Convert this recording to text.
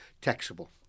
taxable